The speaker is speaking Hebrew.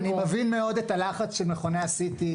אני מבין מאוד את הלחץ של מכוני ה-CT,